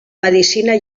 medicina